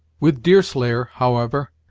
with deerslayer, however,